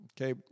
Okay